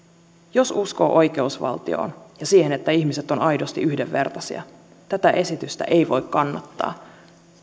jos uskoo oikeusvaltioon ja siihen että ihmiset ovat aidosti yhdenvertaisia tätä esitystä ei voi kannattaa